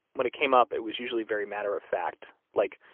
when it came up, it was usually very matter-of-fact. like,